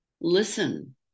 Listen